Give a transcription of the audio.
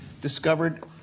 discovered